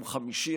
במקום חמישי,